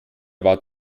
war